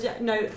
No